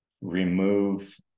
remove